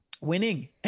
winning